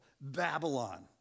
Babylon